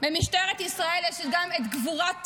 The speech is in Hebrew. במשטרת ישראל גם יש את גבורת